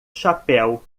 chapéu